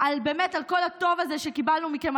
על כל הטוב הזה שקיבלנו מכם,